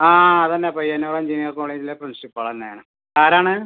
ആ അതുതന്നെ പയ്യന്നൂർ എഞ്ചിനീയർ കോളേജിലെ പ്രിൻസിപ്പൾ തന്നെ ആണ് ആരാണ്